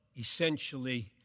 essentially